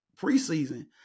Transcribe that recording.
preseason